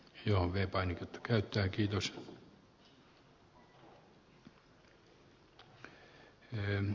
hyong jotain käyttöäkin tilan edustajille